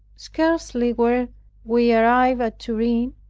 scarcely were we arrived at turin,